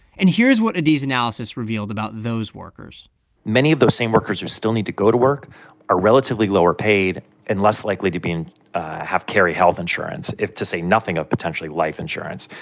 and here's what adie's analysis revealed about those workers many of those same workers who still need to go to work are relatively lower-paid and less likely to be in have carry health insurance, if to say nothing of potentially life insurance.